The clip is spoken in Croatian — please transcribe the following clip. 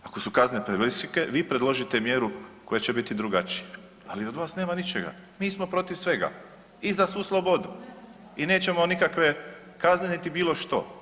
Ako su kazne previsoke vi predložite mjeru koja će biti drugačija, ali od vas nema ničega, mi smo protiv svega i za svu slobodu i nećemo nikakve kazne niti bilo što.